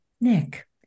Nick